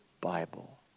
Bible